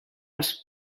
els